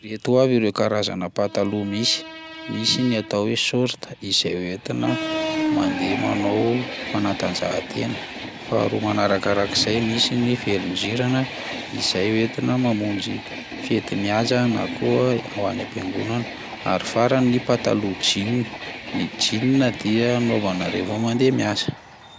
Ireto avy ireo karazana pataloha misy: misy ny atao hoe sôrta izay hoentina mandeha manao fanatanjahantena; faharoa manarakarak'izay misy ny velondrirana izay hoentina mamonjy fety mihaja na koa ho any am-piangonana; ary farany ny pataloha jeans, ny jeans dia anaovana raha vao mandeha miasa.